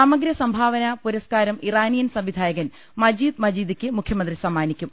സമഗ്ര സംഭാവനാ പുരസ്കാരം ഇറാനിയൻ സംവിധായകൻ മജീദ് മജീദിക്ക് മുഖ്യമന്ത്രി സമ്മാനിക്കും